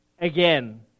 again